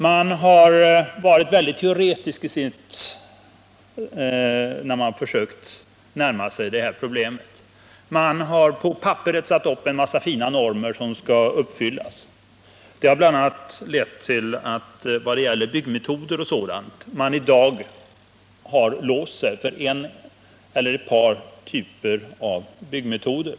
Man har varit väldigt teoretisk när man närmat sig det. Man har på papperet satt upp en massa fina normer som skall uppfyllas. Det har bl.a. lett till att man har låst sig för en eller ett par typer av byggmetoder.